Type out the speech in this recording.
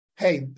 hey